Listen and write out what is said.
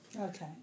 Okay